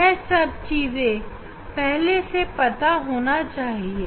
यह सब चीजें पहले से पता होनी चाहिए